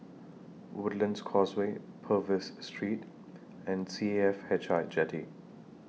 Woodlands Causeway Purvis Street and C A F H I Jetty